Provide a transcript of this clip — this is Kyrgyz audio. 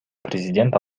президент